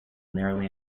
nearly